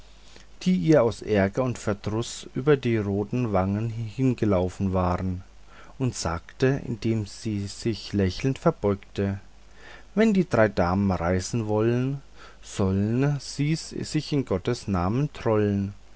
die ihr aus ärger und verdruß über die rote wange hinabgelaufen waren und sagte indem sie sich lächelnd verbeugte wenn die drei damen reisen wollen soll'n sie sich in gottes namen trollen